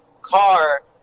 car